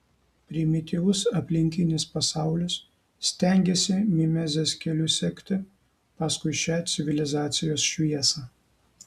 primityvus aplinkinis pasaulis stengiasi mimezės keliu sekti paskui šią civilizacijos šviesą